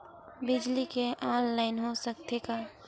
बिजली के ऑनलाइन हो सकथे का?